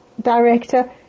director